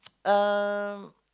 um